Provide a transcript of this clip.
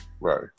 Right